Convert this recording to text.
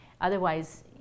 Otherwise